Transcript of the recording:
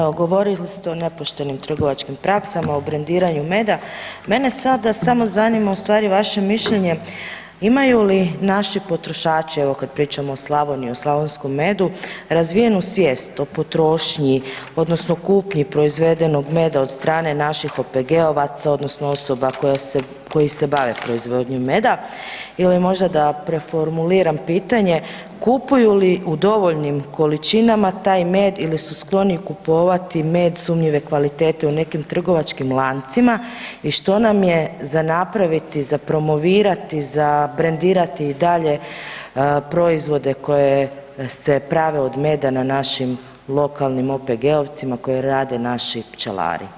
Evo govorili ste o nepoštenim trgovačkim praksama, o brendiranju meda, mene sada samo zanima ustvari vaše mišljenje, imaju li naši potrošači evo kad pričamo i Slavoniji, o slavonskom medu, razvijenu svijest po potrošnji odnosno kupnji proizvedenog meda od strane naših OPG-ovaca odnosno osoba koje se bave proizvodnjom meda ili možda da preformuliram pitanje, kupuju li u dovoljnim količinama taj med ili su skloniji kupovati sumnjive kvalitete u nekim trgovačkim lancima i što nam je za napraviti, za promovirati, za brendirati dalje proizvode koji se prave od meda na našim lokalnim OPG-ovcima koji rade naši pčelari?